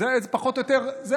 זו פחות או יותר הנורמה.